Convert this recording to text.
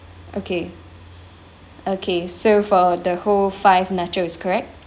okay okay so for the whole five nachos correct